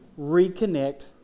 reconnect